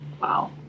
wow